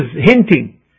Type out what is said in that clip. hinting